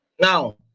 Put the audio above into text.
now